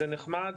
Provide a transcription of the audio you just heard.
זה נחמד,